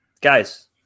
Guys